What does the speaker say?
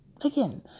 Again